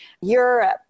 Europe